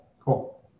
cool